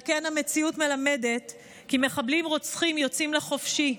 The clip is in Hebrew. על כן המציאות מלמדת כי מחבלים רוצחים יוצאים לחופשי,